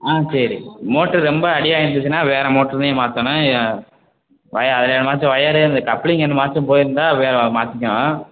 ஆ சரி மோட்டர் ரொம்ப அடி வாங்கியிருந்துச்சின்னா வேறு மோட்டர் தான் மாற்றணும் அதில் எதுவாச்சு ஒயரு இந்த கப்ளிங் எதுவாச்சும் போய்ருந்தா வேறு மாற்றிக்கலாம்